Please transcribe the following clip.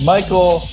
Michael